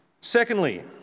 Secondly